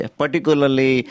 particularly